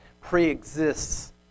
pre-exists